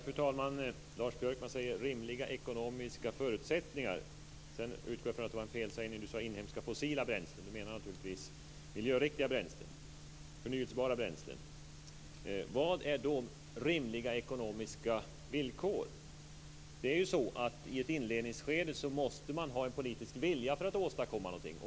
Fru talman! Lars Björkman säger rimliga ekonomiska förutsättningar. Jag utgår från att det var en felsägning när han sade inhemska fossila bränslen. Lars Björkman menar naturligtvis miljöriktiga bränslen, förnybara bränslen. Vad är då rimliga ekonomiska villkor? Det är ju så att i ett inledningsskede måste man ha en politisk vilja för att åstadkomma någonting.